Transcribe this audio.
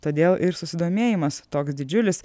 todėl ir susidomėjimas toks didžiulis